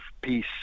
peace